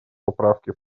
поправки